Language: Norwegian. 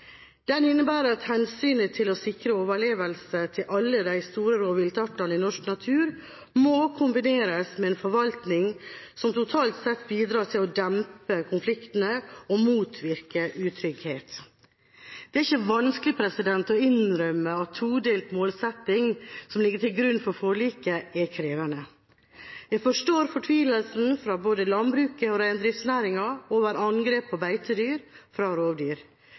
Den innebærer at hensynet til å sikre overlevelse for alle de store rovviltartene i norsk natur må kombineres med en forvaltning som totalt sett bidrar til å dempe konfliktene og motvirke utrygghet. Det er ikke vanskelig å innrømme at todelt målsetting, som ligger til grunn for forliket, er krevende. Jeg forstår fortvilelsen fra både landbruket og reindriftsnæringa over angrep på beitedyr fra rovdyr.